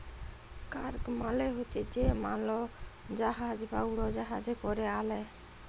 cargo মালে হছে যে মালজাহাজ বা উড়জাহাজে ক্যরে আলে